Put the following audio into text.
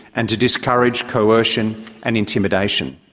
and to discourage coercion and intimidation.